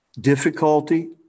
difficulty